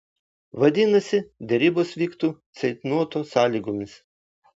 vadinasi derybos vyktų ceitnoto sąlygomis